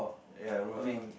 ya roving